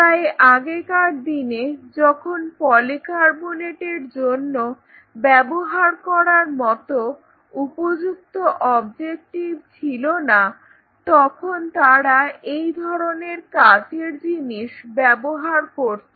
তাই আগেকার দিনে যখন পলিকার্বনেট এর জন্য ব্যবহার করার মতো উপযুক্ত অবজেক্টিভ ছিলনা তখন তারা এই ধরনের কাঁচের জিনিস ব্যবহার করত